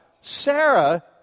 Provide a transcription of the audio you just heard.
Sarah